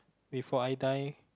before I die